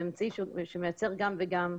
זה אמצעי שמייצר גם וגם.